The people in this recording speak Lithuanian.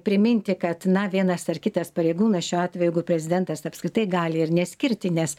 priminti kad na vienas ar kitas pareigūnas šiuo atve jeigu prezidentas apskritai gali ir neskirti nes